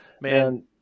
man